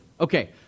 Okay